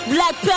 Black